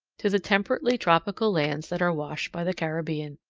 to the temperately tropical lands that are washed by the caribbean.